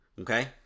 Okay